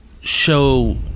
show